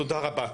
תודה רבה.